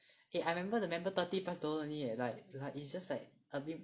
eh I remember the member thirty plus dollar only leh like it's just like a bit